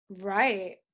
Right